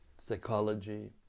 psychology